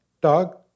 dog